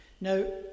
Now